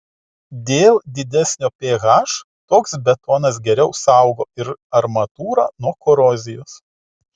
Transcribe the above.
dėl didesnio ph toks betonas geriau saugo ir armatūrą nuo korozijos